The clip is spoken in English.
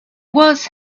was